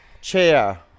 Chair